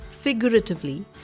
Figuratively